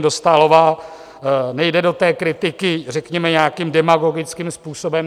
Dostálová nejde do té kritiky řekněme nějakým demagogickým způsobem.